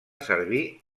servir